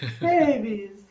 babies